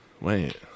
Wait